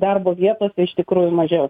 darbo vietose iš tikrųjų mažiau